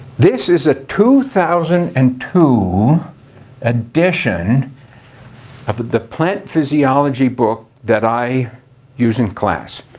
this is a two thousand and two edition of the plant physiology book that i use in class.